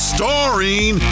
Starring